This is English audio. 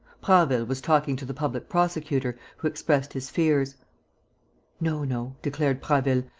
prasville was talking to the public prosecutor, who expressed his fears no, no, declared prasville,